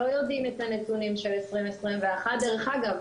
לא יודעים את הנתונים של 2021. דרך אגב,